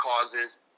causes